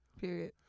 period